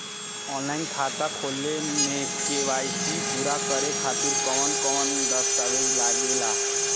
Online खाता खोले में के.वाइ.सी पूरा करे खातिर कवन कवन दस्तावेज लागे ला?